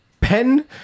Pen